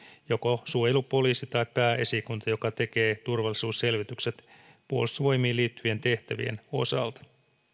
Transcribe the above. joko suojelupoliisi tai pääesikunta joka tekee turvallisuusselvitykset puolustusvoimiin liittyvien tehtävien osalta